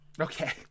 okay